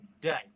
day